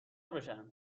بشن